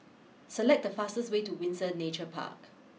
select the fastest way to Windsor Nature Park